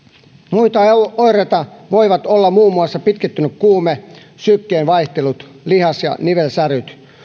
muita oireita voivat olla muun muassa pitkittynyt kuume sykkeen vaihtelut lihas ja nivelsäryt